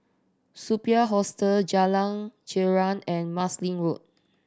Superb Hostel Jalan Girang and Marsiling Road